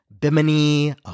Bimini